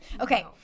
okay